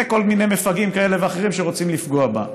כל מיני מפגעים כאלה ואחרים שרוצים לפגוע בה.